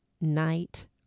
Night